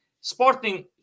sporting –